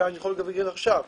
לגבי הטכנולוגיה